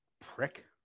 prick